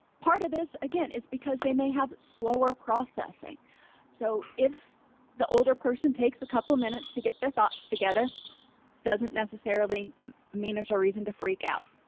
part of this again is because they may have slower processing so if the older person takes a couple minutes to get their thoughts together doesn't necessarily mean there's a ah reason to freak out